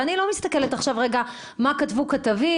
ואני לא מסתכלת מה כתבו כתבים.